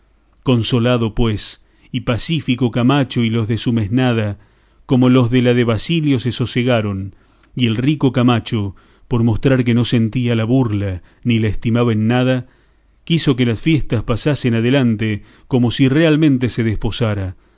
consolado pues y pacífico camacho y los de su mesnada todos los de la de basilio se sosegaron y el rico camacho por mostrar que no sentía la burla ni la estimaba en nada quiso que las fiestas pasasen adelante como si realmente se desposara